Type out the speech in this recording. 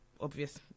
obvious